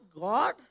God